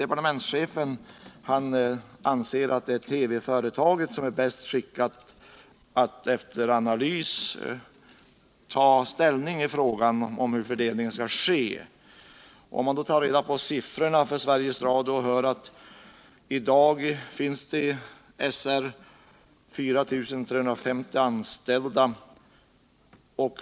Departementschefen anser att det är TV-företaget som är bäst skickat att efter analys ta ställning i frågan om hur fördelningen skall ske. I dag har SR 4 350 anställda.